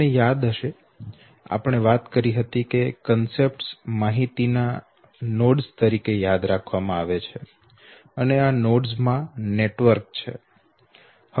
તમને યાદ છે આપણે વાત કરી હતી કે કન્સેપ્ટ માહિતીના નોડ્સ તરીકે યાદ કરવામાં આવે છે અને આ નોડ્સ માં નેટવર્ક છે